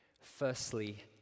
Firstly